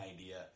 idea